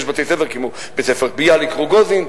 יש בתי-ספר כמו בית-ספר "ביאליק-רוגוזין",